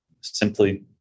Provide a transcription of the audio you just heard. simply